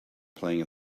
playing